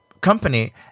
company